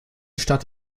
stadt